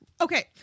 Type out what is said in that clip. Okay